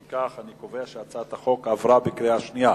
אם כך, אני קובע שהצעת החוק עברה בקריאה שנייה.